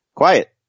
Quiet